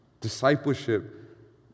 Discipleship